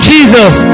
Jesus